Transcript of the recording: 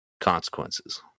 consequences